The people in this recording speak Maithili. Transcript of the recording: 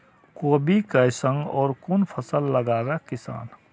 कोबी कै संग और कुन फसल लगावे किसान?